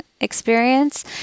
experience